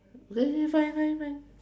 okay fine fine fine